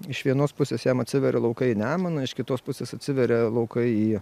iš vienos pusės jam atsiveria laukai į nemuną iš kitos pusės atsiveria laukai į